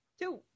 Two